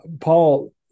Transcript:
Paul